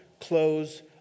close